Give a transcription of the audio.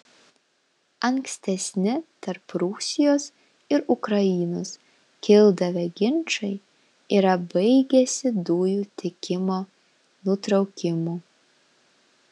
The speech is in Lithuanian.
ankstesni tarp rusijos ir ukrainos kildavę ginčai yra baigęsi dujų tiekimo nutraukimu